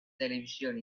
televisión